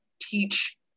teach